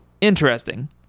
interesting